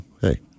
hey